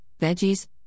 veggies